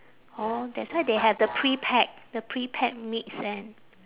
orh that's why they have the pre-packed the pre-packed meats and